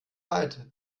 leid